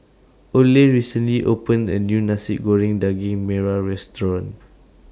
Oley recently opened A New Nasi Goreng Daging Merah Restaurant